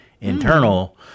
internal